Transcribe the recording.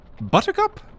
Buttercup